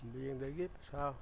ꯕꯦꯡꯗꯒꯤ ꯄꯩꯁꯥ